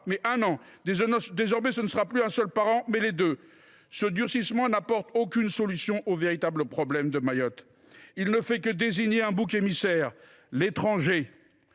mais un an ! Désormais, ce ne sera plus un seul parent, mais les deux ! Ce durcissement n’apporte aucune solution aux véritables problèmes de Mayotte ; il ne fait que désigner un bouc émissaire : l’étranger !